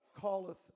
calleth